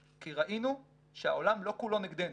כי ראינו שהעולם לא כולו נגדנו,